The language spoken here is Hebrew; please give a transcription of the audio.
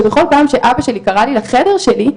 שבכל פעם שאבא שלי קרא לי לחדר שלי,